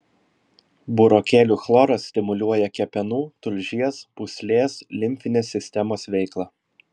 burokėlių chloras stimuliuoja kepenų tulžies pūslės limfinės sistemos veiklą